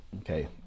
Okay